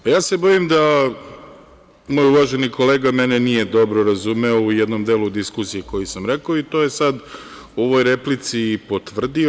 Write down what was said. Ja se bojim da moj uvaženi kolega mene nije dobro razumeo u jednom delu diskusije koju sam rekao i to je sada u ovoj replici i potvrdio.